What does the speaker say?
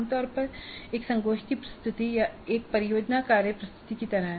आमतौर पर एक संगोष्ठी प्रस्तुति या एक परियोजना कार्य प्रस्तुति की तरह